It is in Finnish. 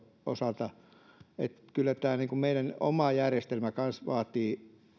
osalta eli kyllä myös tämä meidän oma järjestelmämme vaatii